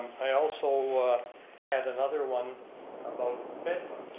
i also had another one about bedbugs